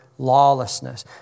lawlessness